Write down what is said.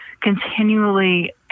continually